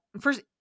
first